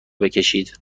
بکشید